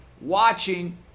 watching